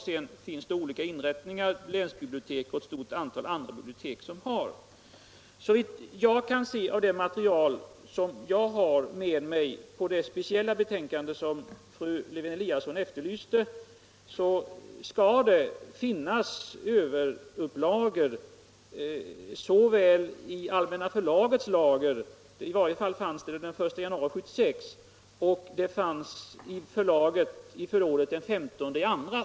Sedan finns det olika inrättningar, t.ex. länsbibliotek och ett stort antal andra bibliotek, som skall ha exemplar. Såvitt jag kan se av det material jag har med mig om det speciella betänkande fru Lewén-Eliasson efterlyste skall det finnas överupplagor både i Allmänna förlagets lager — i varje fall den 1 januari 1976 — och i departementens SOU-förråd, så sent som den 15 februari.